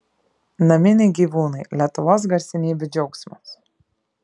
naminiai gyvūnai lietuvos garsenybių džiaugsmas